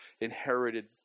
inherited